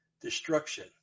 destruction